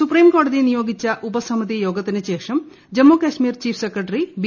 supreme കോടതി നിയോഗിച്ച ഉപസമിതി യോഗത്തിനുശേഷം ജമ്മുകാശ്മീർ ചീഫ് സെക്രട്ടറി ബി